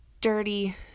dirty